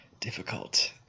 difficult